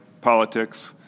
politics